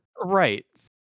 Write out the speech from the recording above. Right